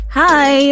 hi